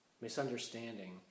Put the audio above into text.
misunderstanding